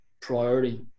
priority